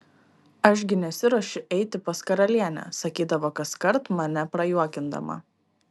aš gi nesiruošiu eiti pas karalienę sakydavo kaskart mane prajuokindama